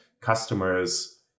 customers